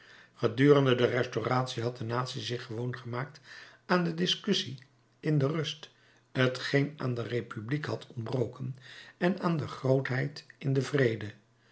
gedurende de restauratie had de natie zich gewoon gemaakt aan de discussie in de rust t geen aan de republiek had ontbroken en aan de grootheid in den vrede